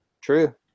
True